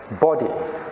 body